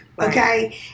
Okay